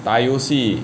打游戏